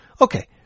Okay